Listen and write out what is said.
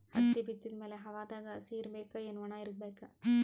ಹತ್ತಿ ಬಿತ್ತದ ಮ್ಯಾಲ ಹವಾದಾಗ ಹಸಿ ಇರಬೇಕಾ, ಏನ್ ಒಣಇರಬೇಕ?